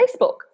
Facebook